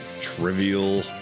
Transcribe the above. trivial